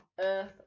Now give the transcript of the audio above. Earth